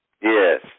Yes